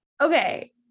Okay